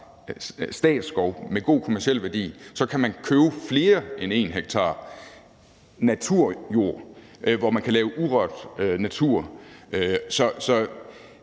statsskov med en god kommerciel værdi, så kan købe flere end 1 ha naturjord, hvor man kan lave urørt natur. Så